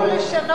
תתחילו לשנות.